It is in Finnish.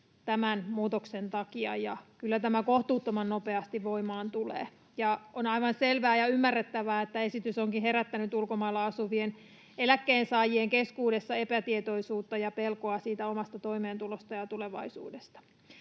tämän muutoksen takia, ja kyllä tämä kohtuuttoman nopeasti voimaan tulee. On aivan selvää ja ymmärrettävää, että esitys onkin herättänyt ulkomailla asuvien eläkkeensaajien keskuudessa epätietoisuutta ja pelkoa siitä omasta toimeentulosta ja tulevaisuudesta.